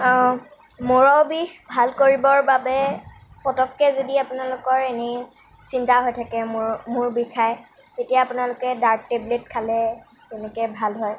মূৰৰ বিষ ভাল কৰিবৰ বাবে যদি পটককে যদি আপোনালোকৰ এনেই চিন্তা হৈ থাকে মূৰ বিষাই তেতিয়া আপোনালোকে ডাৰ্ট টেবলেট খালে তেনেকৈ ভাল হয়